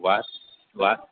વા વા